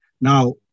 Now